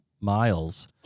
Miles